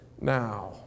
now